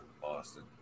Boston